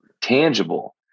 tangible